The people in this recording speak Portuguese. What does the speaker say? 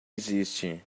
existe